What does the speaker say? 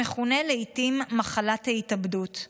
המכונה לעיתים מחלת התאבדות.